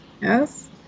Yes